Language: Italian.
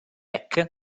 accolta